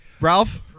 Ralph